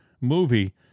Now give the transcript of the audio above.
movie